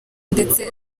ndetse